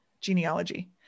genealogy